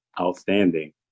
outstanding